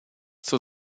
zur